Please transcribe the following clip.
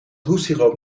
hoestsiroop